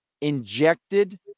injected